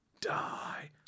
die